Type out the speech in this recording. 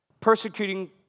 persecuting